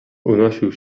unosił